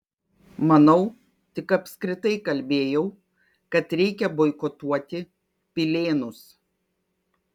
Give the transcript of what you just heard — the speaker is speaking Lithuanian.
manau tik apskritai kalbėjau kad reikia boikotuoti pilėnus